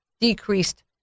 decreased